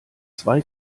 zwei